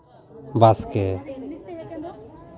ᱵᱟᱥᱠᱮ